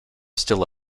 still